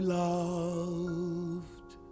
loved